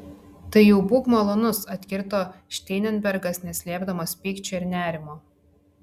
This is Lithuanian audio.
tai jau būk malonus atkirto šteinbergas neslėpdamas pykčio ir nerimo